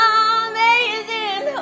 amazing